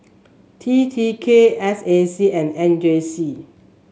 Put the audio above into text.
T T K S A C and M J C